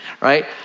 right